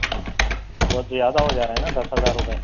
اچھا بہت زیادہ ہو جا رہا ہے نہ دس ہزار روپئے